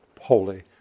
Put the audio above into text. holy